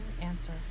answer